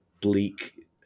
bleak